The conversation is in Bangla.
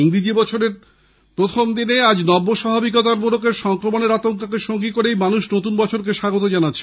ইংরাজী নতুন বছরেরে প্রথম দিনে আজ নব্য স্বাভাবিকতার মোড়কে সংক্রমণের আতঙ্ককে সঙ্গী করেই মানুষ নতুন বছরকে স্বাগত জানাচ্ছেন